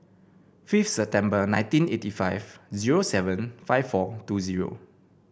fifth September nineteen eighty five zero seven five four two zero